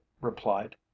replied